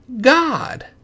God